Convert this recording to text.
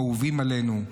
אהובים עלינו,